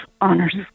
honors